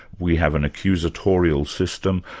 we have an accusatorial system,